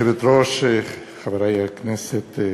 גברתי היושבת-ראש, חברי הכנסת,